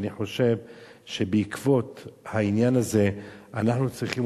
ואני חושב שבעקבות העניין הזה אנחנו צריכים,